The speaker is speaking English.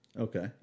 Okay